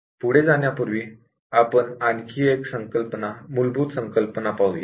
पुढे जाण्यापूर्वी आपण आणखी एक मूलभूत संकल्पना पाहूया